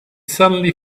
suddenly